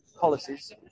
policies